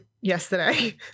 yesterday